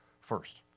first